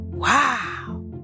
Wow